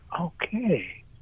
okay